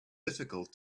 difficult